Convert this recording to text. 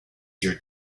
your